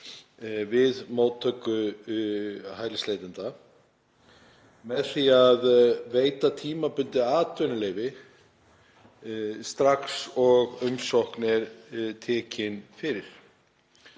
við móttöku hælisleitenda með því að veita tímabundið atvinnuleyfi strax og umsókn er tekin fyrir.